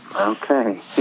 Okay